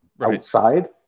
outside